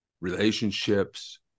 Relationships